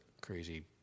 crazy